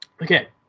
Okay